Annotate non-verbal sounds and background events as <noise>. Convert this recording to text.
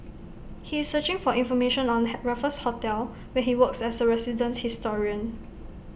he is searching for information on <unintelligible> Raffles hotel where he works as A resident historian